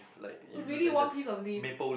really one piece of leaf